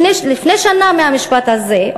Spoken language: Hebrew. לפני שנה מהמשפט הזה,